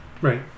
Right